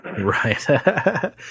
Right